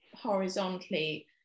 horizontally